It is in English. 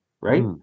right